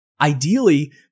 ideally